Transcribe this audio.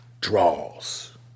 draws